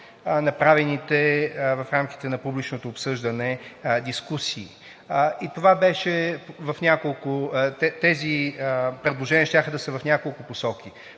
направените в рамките на публичното обсъждане дискусии. Тези предложения щяха да са в няколко посоки.